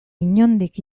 inondik